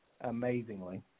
amazingly